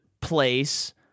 place